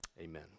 amen